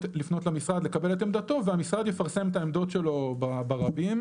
למשרד לקבל את עמדתו והמשרד יפרסם את העמדות שלו ברבים.